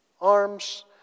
arms